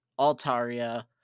Altaria